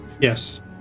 Yes